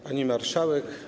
Pani Marszałek!